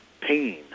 pain